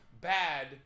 bad